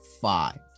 five